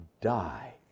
die